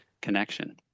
connection